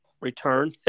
return